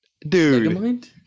Dude